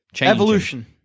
Evolution